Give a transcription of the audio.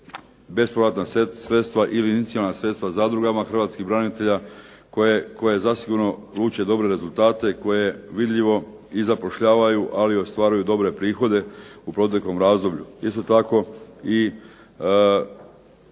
bespovratna sredstva ili inicijalna sredstva zadrugama hrvatskih branitelja koje zasigurno luče dobre rezultate i koje vidljivo i zapošljavaju, ali i ostvaruju dobre prihode u proteklom razdoblju. Isto tako i